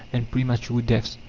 and premature deaths.